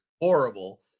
horrible